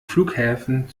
flughäfen